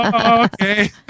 okay